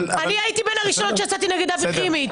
אני הייתי בין הראשונים שיצאתי נגד אבי חימי.